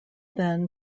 then